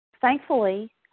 thankfully